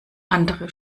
andere